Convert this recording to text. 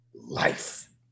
life